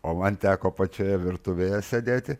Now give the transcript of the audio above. o man teko pačioje virtuvėje sėdėti